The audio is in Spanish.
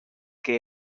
que